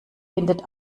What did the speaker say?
findet